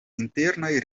internaj